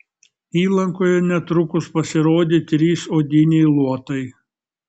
įlankoje netrukus pasirodė trys odiniai luotai